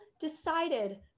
decided